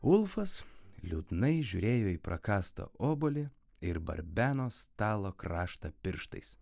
ulfas liūdnai žiūrėjo į prakąstą obuolį ir barbeno stalo kraštą pirštais